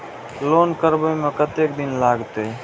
Loan करबे में कतेक दिन लागते?